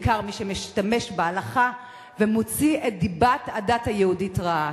בעיקר מי שמשתמש בהלכה ומוציא את דיבת הדת היהודית רעה.